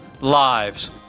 lives